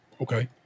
Okay